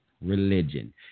religion